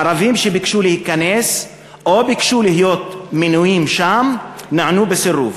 ערבים שביקשו להיכנס או ביקשו להיות שם מנויים נענו בסירוב.